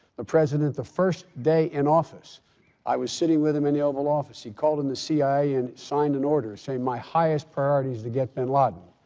the president, the first day in office i was sitting with him in the oval office. he called in the cia and signed an order saying, my highest priority is to get bin laden.